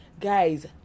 Guys